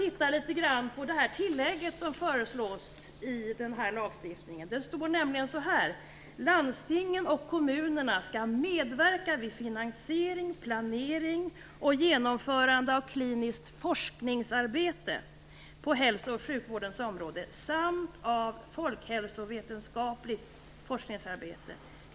I det tillägg som föreslås i lagstiftningen står det: "Landstingen och kommunerna skall medverka vid finansiering, planering och genomförande av kliniskt forskningsarbete på hälso och sjukvårdens område samt av folkhälsovetenskapligt forskningsarbete.